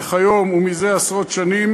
וכיום ומזה עשרות שנים